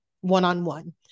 one-on-one